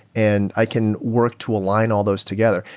and i can work to align all those together.